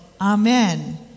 Amen